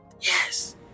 yes